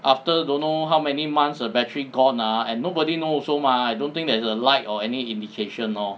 after don't know how many months ah the battery gone ah and nobody know also mah I don't think there's a light or any indication lor